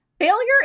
failure